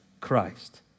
Christ